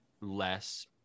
less